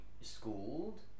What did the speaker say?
schooled